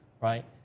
Right